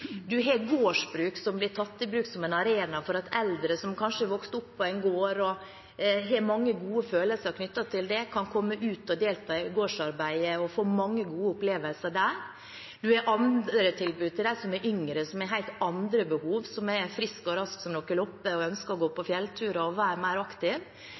har gårdsbruk som blir tatt i bruk som en arena for at eldre som kanskje har vokst opp på en gård og har mange gode følelser knyttet til det, kan komme ut og delta i gårdsarbeidet og få mange gode opplevelser der, og man har andre tilbud til dem som er yngre, som har helt andre behov, som er friske og raske som lopper og ønsker å gå på fjellturer og være mer